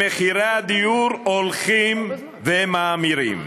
שמחירי הדיור הולכים ומאמירים.